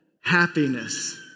happiness